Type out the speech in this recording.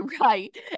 right